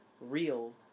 real